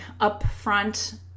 upfront